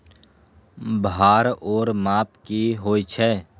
भार ओर माप की होय छै?